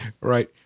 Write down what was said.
Right